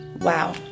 Wow